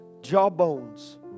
jawbones